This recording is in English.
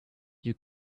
you